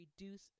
reduce